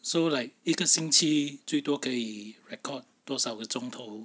so like 一个星期最多可以 record 多少个钟头